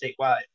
statewide